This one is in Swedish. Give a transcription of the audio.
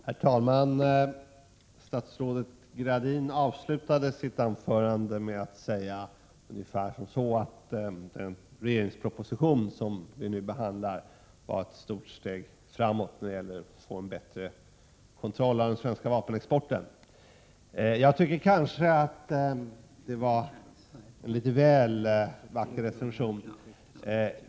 Herr talman! Statsrådet Gradin avslutade sitt anförande med att säga att den regeringsproposition som vi nu behandlar är ett stort steg framåt när det gäller att få en bättre kontroll av den svenska vapenexporten. Det var kanske en något för positiv recension.